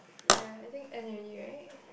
ya I think end already right